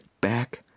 back